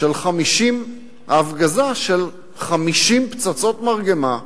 של 50 פצצות מרגמה,